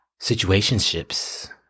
Situationships